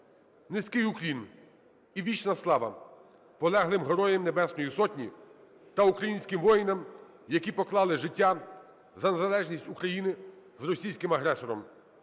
Низький уклін і вічна слава полеглим Героям Небесної Сотні та українським воїнам, які поклали життя за незалежність України з російським агресором.